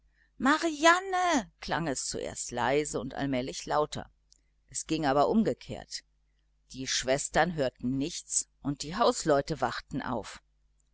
marianne klang es zuerst leise und allmählich lauter es ging aber umgekehrt als es hätte gehen sollen die schwestern hörten nichts und die hausleute wachten auf